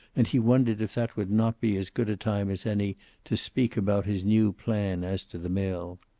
and he wondered if that would not be as good a time as any to speak about his new plan as to the mill.